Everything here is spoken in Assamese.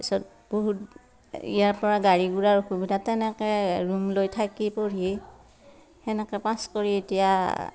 তাৰপিছত বহুত ইয়াৰপৰা গাড়ী গুৰাৰ অসুবিধা তেনেকৈ ৰুম লৈ থাকি পঢ়িয়েই সেনেকৈ পাছ কৰি এতিয়া